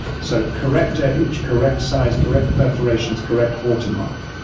so correct ah age, correct size, correct perforations, correct watermark.